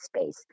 space